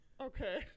Okay